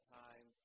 time